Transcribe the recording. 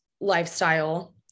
lifestyle